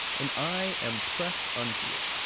and i am prest unto it